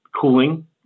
cooling